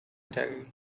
integrity